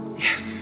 yes